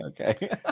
Okay